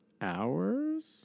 Hours